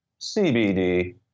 CBD